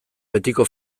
betiko